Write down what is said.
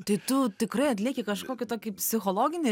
tai tu tikrai atlieki kažkokį tokį psichologinį